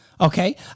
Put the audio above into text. Okay